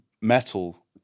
metal